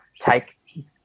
take